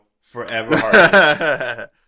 forever